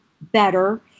better